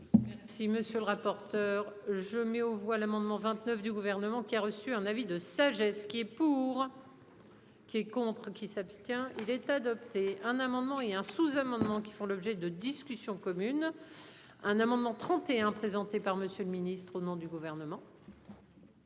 Si monsieur le rapporteur. Je mets aux voix l'amendement 29 du gouvernement qui a reçu un avis de sagesse qui. Pour. Qui est contre qui s'abstient il est adopté un amendement et un sous-amendement qui font l'objet de discussion commune. Un amendement 31 présentée par Monsieur le Ministre, au nom du gouvernement.